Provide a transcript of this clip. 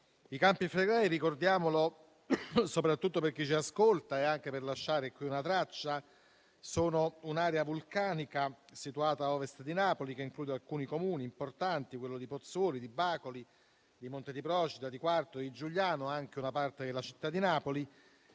I Campi Flegrei - ricordiamolo, soprattutto per chi ci ascolta e anche per lasciare una traccia agli atti - sono un'area vulcanica situata a ovest di Napoli che include alcuni Comuni importanti, come Pozzuoli, Bacoli, Monte di Procida, Quarto, Giugliano e anche una parte della città di Napoli.